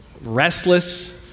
restless